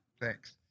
Thanks